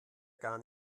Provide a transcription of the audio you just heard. gar